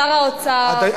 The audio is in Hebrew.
שר האוצר,